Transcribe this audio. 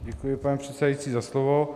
Děkuji, pane předsedající, za slovo.